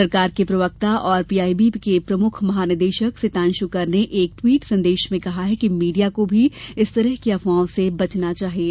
सरकार के प्रवक्ता और पीआईबी के प्रमुख महनिदेशक सितांशु कर ने एक ट्वीट संदेश में कहा कि मीडिया को भी इस तरह की अफवाहों से बचना चाहिये